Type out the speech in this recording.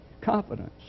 confidence